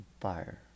fire